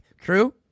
true